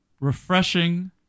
refreshing